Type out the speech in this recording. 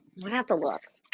i'm gonna have to look.